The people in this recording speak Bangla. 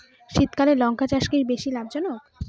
শীতকালে লঙ্কা চাষ কি বেশী লাভজনক?